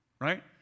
right